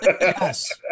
Yes